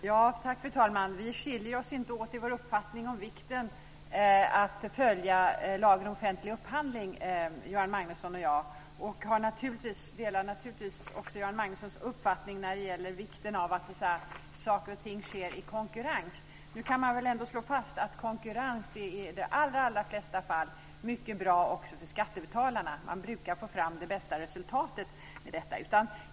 Fru talman! Göran Magnusson och jag skiljer oss inte i uppfattning om vikten av att följa lagen om offentlig upphandling. Jag delar naturligtvis också Göran Magnussons uppfattning när det gäller vikten av att saker och ting sker i konkurrens. Man kan nu ändå slå fast att konkurrens i de allra flesta fall är mycket bra också för skattebetalarna. Man brukar få fram det bästa resultatet med detta.